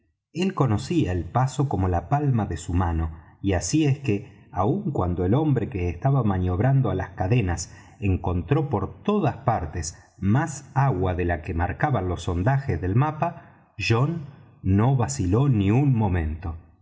él conocía el paso como la palma de su mano y así es que aun cuando el hombre que estaba maniobrando á las cadenas encontró por todas partes más agua de la que marcaban los sondajes del mapa john no vaciló ni un solo momento